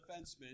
defenseman